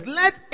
let